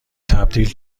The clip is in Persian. تبدیل